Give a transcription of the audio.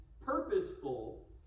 purposeful